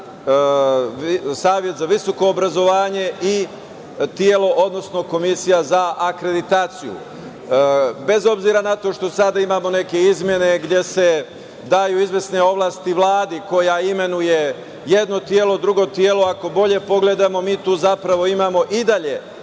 Saveta za visoko obrazovanje i Komisija za akreditaciju. Bez obzira na to što sada imamo neke izmene gde se daju izvesne ovlasti Vladi koja imenuje jedno telo, drugo telo, ako bolje pogledamo, mi tu zapravo imamo i dalje